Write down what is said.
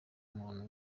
umuntu